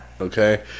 okay